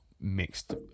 mixed